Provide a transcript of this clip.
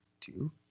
two